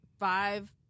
five